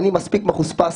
אני מספיק מחוספס,